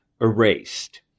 erased